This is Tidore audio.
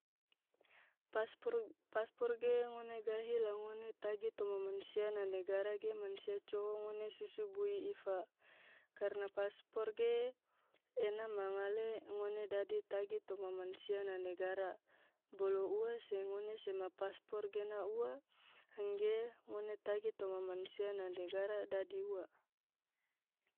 paspur paspor ge ngone gahi la ngone tagi toma mansia na negara ge mansia coho ngone susu bui ifa, karna paspor ge ena ma ngale ngone dadi tagi toma mansia na negara, bolo ua se ngone sema paspor gena ua, angge ngone tagi toma mansia na negara dadi ua.